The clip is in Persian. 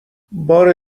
بار